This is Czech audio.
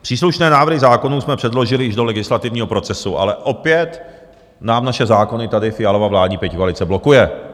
Příslušné návrhy zákonů jsme předložili již do legislativního procesu, ale opět nám naše zákony tady Fialova vládní pětikoalice blokuje.